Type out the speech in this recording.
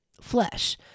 flesh